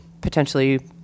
potentially